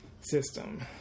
system